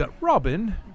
Robin